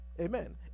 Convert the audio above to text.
Amen